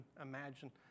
imagine